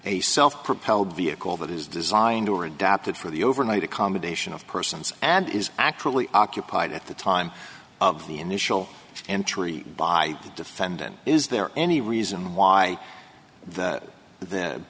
a self propelled vehicle that is designed or adapted for the overnight accommodation of persons and is actually occupied at the time of the initial entry by the defendant is there any reason why the then